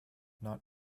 not